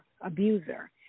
abuser